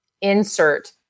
insert